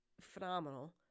phenomenal